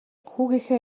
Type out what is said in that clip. хүүгийнхээ